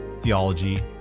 theology